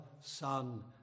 Son